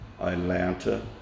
atlanta